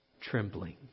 trembling